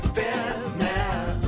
business